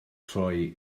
troi